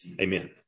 Amen